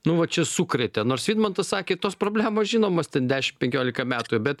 nu va čia sukrėtė nors vidmantas sakė tos problemos žinomos teb dešim penkiolika metų bet